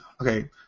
Okay